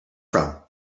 from